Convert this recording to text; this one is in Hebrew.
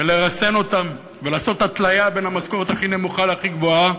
ולרסן אותן ולעשות התליה בין המשכורת הכי נמוכה להכי גבוהה,